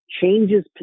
changes